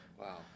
Wow